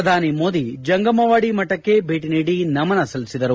ಪ್ರಧಾನಿ ಮೋದಿ ಜಂಗಮವಾಡಿ ಮಠಕ್ಕೆ ಛೇಟಿ ನೀಡಿ ನಮನ ಸಲ್ಲಿಸಿದರು